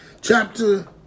Chapter